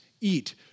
eat